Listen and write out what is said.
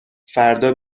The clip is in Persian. فردا